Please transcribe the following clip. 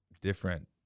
different